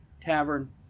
Tavern